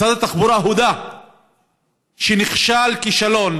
משרד התחבורה הודה שנכשל כישלון